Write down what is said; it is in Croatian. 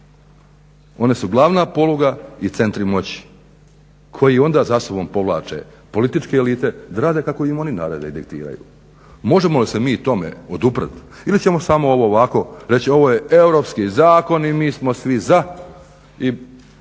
one su glavna poluga i centri moći koji onda za sobom povlače političke elite da rade kako im oni narede i diktiraju. Možemo li se mi tome oduprijet ili ćemo samo ovo ovako reći, ovo je Europski zakon i mi smo svi za i